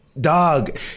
dog